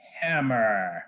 hammer